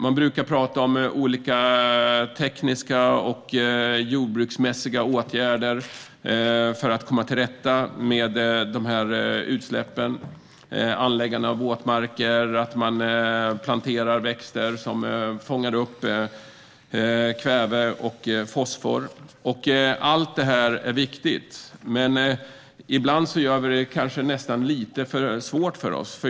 Man brukar prata om olika tekniska och jordbruksmässiga åtgärder för att komma till rätta med dessa utsläpp, såsom anläggande av våtmarker och plantering av växter som fångar upp kväve och fosfor. Allt detta är viktigt, men vi gör det kanske lite för svårt för oss.